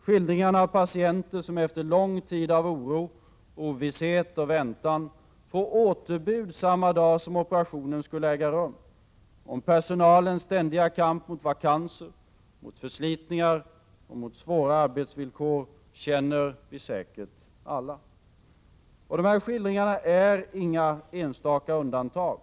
Skildringarna av patienter som efter lång tid av oro, ovisshet och väntan får återbud samma dag som operationen skulle äga rum, och om personalens ständiga kamp mot vakanser, förslitningar och svåra arbetsvillkor, känner vi säkert alla. Dessa skildringar är inte bara enstaka undantag.